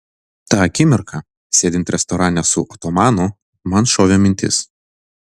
tą akimirką sėdint restorane su otomanu man šovė mintis